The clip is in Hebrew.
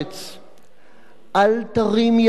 אל תרים ידך נגד חוק השבות.